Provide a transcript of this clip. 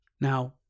Now